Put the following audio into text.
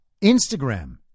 Instagram